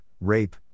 rape